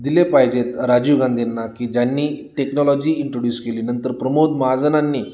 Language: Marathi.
दिले पाहिजेत राजीव गांधींना की ज्यांनी टेक्नॉलॉजी इंट्रोड्यूस केली नंतर प्रमोद महाजनांनी